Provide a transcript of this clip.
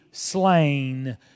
slain